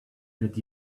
that